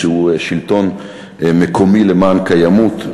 שהיא שלטון מקומי למען קיימוּת,